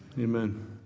Amen